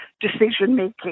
decision-making